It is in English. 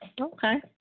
Okay